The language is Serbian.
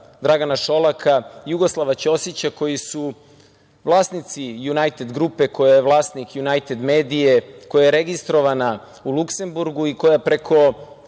Dragana Šolaka, Jugoslava Ćosića, koji su vlasnici Junajted grupe koja je vlasnik Junajted medije koja je registrovana u Luksemburgu i koja preko